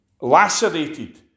lacerated